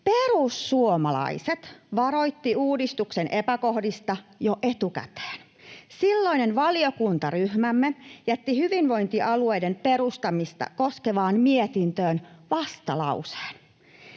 Perussuomalaiset varoitti uudistuksen epäkohdista jo etukäteen. Silloinen valiokuntaryhmämme jätti hyvinvointialueiden perustamista koskevaan mietintöön vastalauseen.